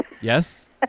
Yes